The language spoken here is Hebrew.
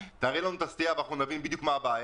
ומה הסנקציות שחלות אם לא מקיימים את החוק.